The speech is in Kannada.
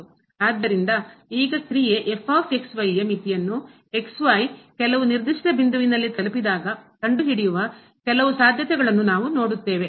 ಆದ್ದರಿಂದ ಈಗ ಕ್ರಿಯೆ ಯ ಮಿತಿಯನ್ನು ಕೆಲವು ನಿರ್ದಿಷ್ಟ ಬಿಂದುವಿನಲ್ಲಿ ತಲುಪಿದಾಗ ಕಂಡುಹಿಡಿಯುವ ಕೆಲವು ಸಾಧ್ಯತೆಗಳನ್ನು ನಾವು ನೋಡುತ್ತೇವೆ